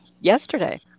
yesterday